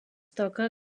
toca